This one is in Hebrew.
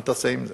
מה תעשה עם זה?